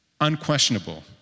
unquestionable